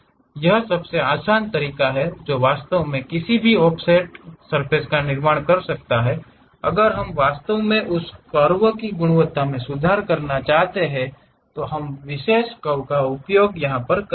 यह सबसे आसान तरीका है जो वास्तव में किसी भी ऑफसेट का निर्माण कर सकता है अगर हम वास्तव में उस कर्व की गुणवत्ता में सुधार करना चाहते हैं तो हम विशेष कर्व का उपयोग करते हैं